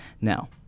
Now